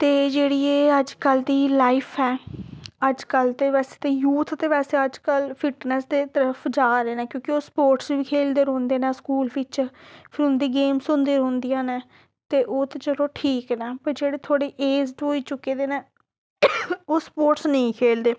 ते जेह्ड़ी एह् अज्जकल दी लाइफ ऐ अज्जकल ते बैसे ते यूथ ते बैसे अज्जकल फिटनस दे तरफ जा दे न क्योंकि ओह् स्पोर्टस बी खेलदे रौंह्दे न स्कूल बिच्च फिर उं'दी गेम्स होंदी रौंह्दियां न ते ओह् ते चलो ठीक न पर जेह्ड़े थोह्ड़े एजड होई चुके दे न ओह् स्पोर्टस नेईं खेलदे